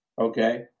okay